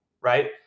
Right